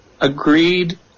agreed